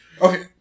Okay